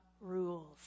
rules